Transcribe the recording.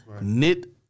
Knit